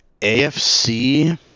afc